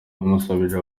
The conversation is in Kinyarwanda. yamusubije